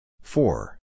Four